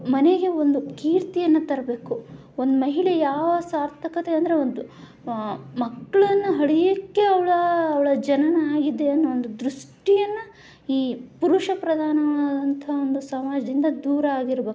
ಮನೆಗೆ ಒಂದು ಕೀರ್ತಿಯನ್ನು ತರಬೇಕು ಒಂದು ಮಹಿಳೆ ಯಾವಾಗ ಸಾರ್ಥಕತೆ ಅಂದರೆ ಒಂದು ಮಕ್ಕಳನ್ನ ಹಡಿಯೋಕ್ಕೆ ಅವಳ ಅವಳ ಜನ್ಮಇದೆ ಅನ್ನೋ ಒಂದು ದೃಷ್ಟಿಯನ್ನು ಈ ಪುರುಷ ಪ್ರಧಾನವಾದಂಥ ಒಂದು ಸಮಾಜದಿಂದ ದೂರ ಆಗಿರಬೇಕು